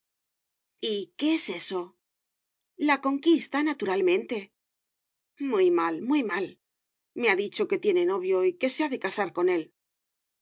qué es eso la conquista naturalmente mal muy mal me ha dicho que tiene novio y que se ha de casar con él